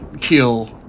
kill